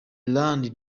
land